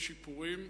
יש שיפורים,